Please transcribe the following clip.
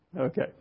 Okay